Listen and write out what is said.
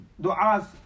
du'as